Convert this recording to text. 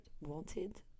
wanted